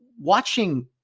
watching